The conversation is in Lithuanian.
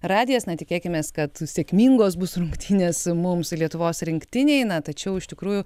radijas na tikėkimės kad sėkmingos bus rungtynės mums lietuvos rinktinei tačiau iš tikrųjų